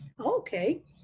Okay